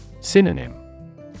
Synonym